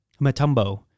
Matumbo